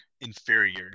inferior